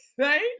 Right